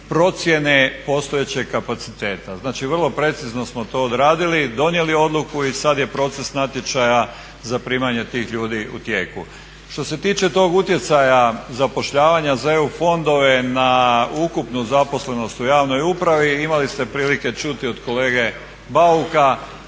procjene postojećeg kapaciteta. Znači vrlo precizno smo to odradili, donijeli odluku i sad je proces natječaja za primanje tih ljudi u tijeku. Što se tiče tog utjecaja zapošljavanja za EU fondove na ukupnu zaposlenost u javnoj upravi, imali ste prilike čuti od kolege Bauka,